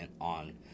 on